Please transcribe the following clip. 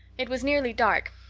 it was nearly dark,